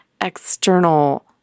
external